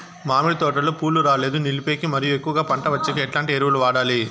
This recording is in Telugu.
మామిడి తోటలో పూలు రాలేదు నిలిపేకి మరియు ఎక్కువగా పంట వచ్చేకి ఎట్లాంటి ఎరువులు వాడాలి?